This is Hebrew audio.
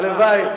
הלוואי.